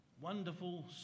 Wonderful